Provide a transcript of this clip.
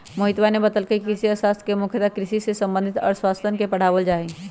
मोहितवा ने बतल कई कि कृषि अर्थशास्त्र में मुख्यतः कृषि से संबंधित अर्थशास्त्रवन के पढ़ावल जाहई